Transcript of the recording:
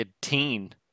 teen